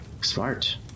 Smart